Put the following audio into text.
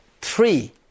Three